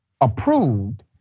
approved